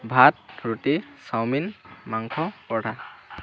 ভাত ৰুটি chow mein মাংস পৰঠা